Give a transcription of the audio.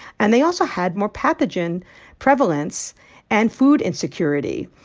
and they also had more pathogen prevalence and food insecurity.